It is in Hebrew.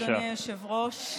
היושב-ראש.